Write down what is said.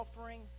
offering